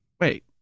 Wait